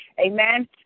amen